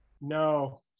No